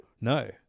No